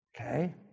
Okay